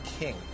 King